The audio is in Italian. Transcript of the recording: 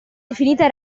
definita